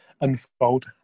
unfold